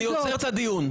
אני עוצר את הדיון.